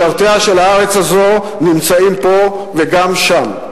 משרתיה של הארץ הזו נמצאים פה וגם שם.